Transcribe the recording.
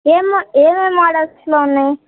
ఏమి ఏమేమి మోడల్స్లో ఉన్నాయి